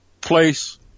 place